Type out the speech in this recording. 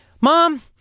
Mom